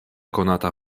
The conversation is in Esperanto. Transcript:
konata